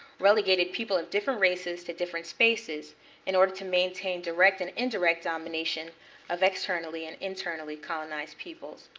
relegated people of different races to different spaces in order to maintain direct and indirect domination of externally and internally colonized peoples.